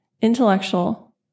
intellectual